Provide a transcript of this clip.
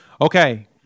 Okay